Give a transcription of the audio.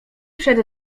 przed